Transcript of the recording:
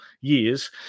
years